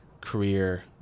career